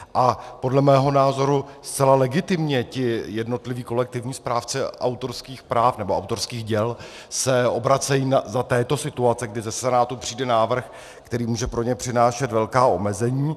A podle mého názoru zcela legitimně se ti jednotliví kolektivní správci autorských práv nebo autorských děl obracejí za této situace, kdy ze Senátu přijde návrh, který může pro ně přinášet velká omezení.